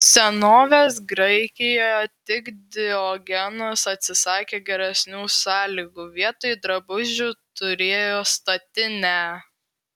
senovės graikijoje tik diogenas atsisakė geresnių sąlygų vietoj drabužių turėjo statinę